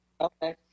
Okay